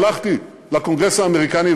הלכתי לקונגרס האמריקני,